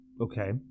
Okay